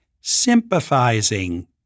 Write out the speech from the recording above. sympathizing